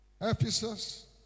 Ephesus